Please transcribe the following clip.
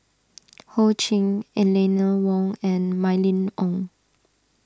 Ho Ching Eleanor Wong and Mylene Ong